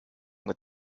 with